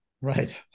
right